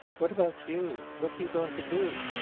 what about you? what are you going to do?